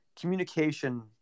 communication